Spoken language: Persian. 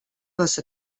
واسه